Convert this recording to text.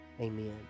Amen